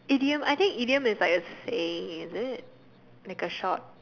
idiom I think idiom is like a saying is it like a short